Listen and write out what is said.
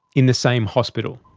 in the same hospital.